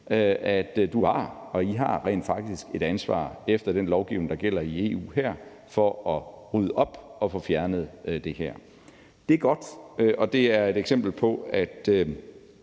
at de rent faktisk har et ansvar for efter den lovgivning, der gælder i EU på det her område, at rydde op og få fjernet det her. Det er godt, og det er et eksempel på, at